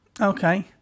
Okay